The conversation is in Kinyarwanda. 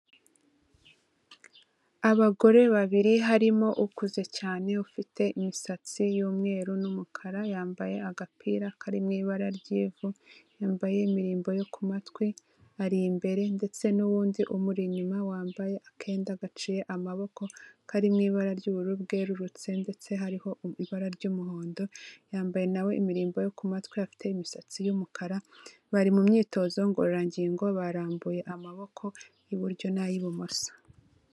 Abagore babiri harimo ukuze cyane ufite imisatsi y'umweru n'umukara yambaye agapira kari mu ibara ry'ivu, yambaye imirimbo yo ku matwi ari imbere ndetse n'uwundi umuri inyuma wambaye akenda gaciye amaboko, kari mu ibara ry'ubururu bwerurutse ndetse hariho ibara ry'umuhondo. Yambaye nawe we imirimbo yo ku matwi, afite imisatsi y'umukara bari mu myitozo ngororangingo barambuye amaboko y'iburyo n'ay'ibumoso.